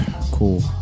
cool